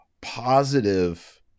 positive